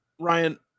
Ryan